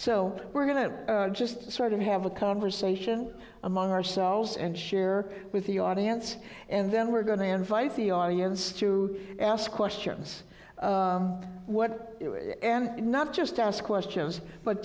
so we're going to just sort of have a conversation among ourselves and share with the audience and then we're going to invite the audience to ask questions what and not just ask questions but